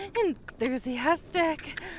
enthusiastic